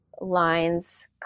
lines